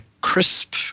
crisp